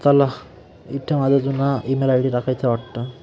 चला इथे माझा जुना ईमेल आय डी टाकायचा वाटतं